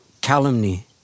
calumny